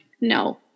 no